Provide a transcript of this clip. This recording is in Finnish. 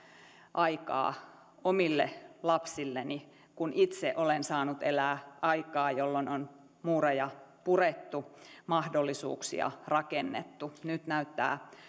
aikaa omille lapsilleni kun itse olen saanut elää aikaa jolloin on muureja purettu mahdollisuuksia rakennettu nyt näyttää